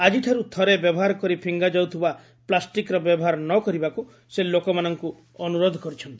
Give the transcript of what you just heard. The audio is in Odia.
ଆଜିଠାରୁ ଥରେ ବ୍ୟବହାର କରି ଫିଙ୍ଗାଯାଉଥିବା ପ୍ଲାଷ୍ଟିକ୍ର ବ୍ୟବହାର ନ କରିବାକୁ ସେ ଲୋକମାନଙ୍କୁ ଅନୁରୋଧ କରିଛନ୍ତି